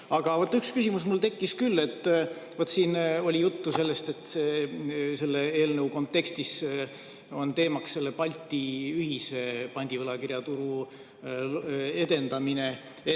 aga vaat üks küsimus mul tekkis küll. Siin oli juttu sellest, et selle eelnõu kontekstis on teemaks Balti ühise pandikirjaturu edendamine.